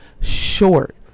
short